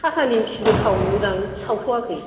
खाथा नेमखिबो सावोदां सावथ'याखै